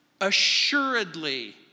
Assuredly